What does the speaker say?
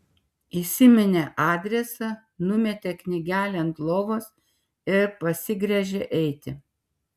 įsiminė adresą numetė knygelę ant lovos ir pasigręžė eiti